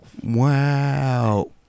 Wow